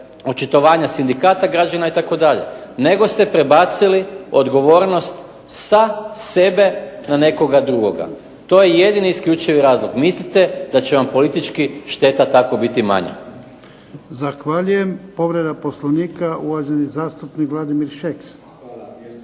očitovanje sindikata građana itd., nego ste prebacili odgovornost sa sebe na nekoga drugoga. To je jedini isključivi razlog. Mislite da će vam politički šteta tako biti manja. **Jarnjak, Ivan (HDZ)** Zahvaljujem. Povreda Poslovnika uvaženi zastupnik Vladimir Šeks. **Šeks,